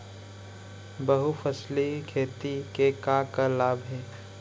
बहुफसली खेती के का का लाभ हे?